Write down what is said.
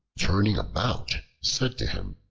turning about, said to him